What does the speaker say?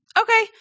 Okay